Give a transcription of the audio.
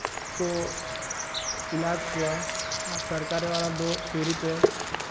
ᱠᱚ ᱮᱞᱟᱪ ᱠᱚᱣᱟ ᱟᱨ ᱥᱟᱨᱠᱤ ᱵᱟᱥᱞᱟ ᱫᱚ ᱯᱷᱤᱨᱤᱛᱮ